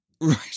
Right